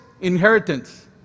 inheritance